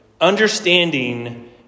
Understanding